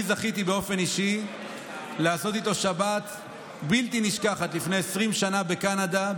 אני זכיתי באופן אישי לעשות איתו שבת בלתי נשכחת לפני 20 שנה בקנדה,